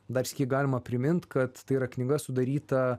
dar sykį galima primint kad tai yra knyga sudaryta